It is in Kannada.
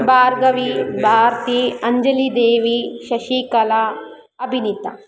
ಭಾರ್ಗವಿ ಭಾರ್ತಿ ಅಂಜಲಿ ದೇವಿ ಶಶಿಕಲಾ ಅಭಿನೀತ